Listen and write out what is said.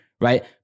right